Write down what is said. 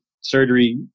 surgery